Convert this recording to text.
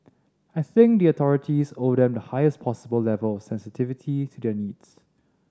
I think the authorities owe them the highest possible level of sensitivity to their needs